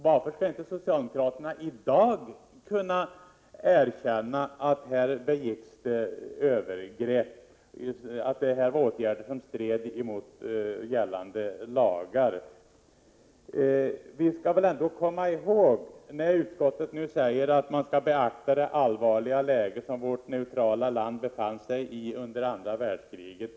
Varför skulle inte socialdemokraterna i dag kunna erkänna att det här var åtgärder som stred mot gällande lagar? Utskottet säger att man skall beakta det allvarliga läge som vårt neutrala land befann sig i under andra världskriget.